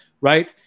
right